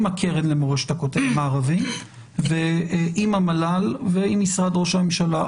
הקרן למורשת הכותל המערבי ועם המל"ל ועם משרד ראש הממשלה.